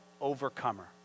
overcomer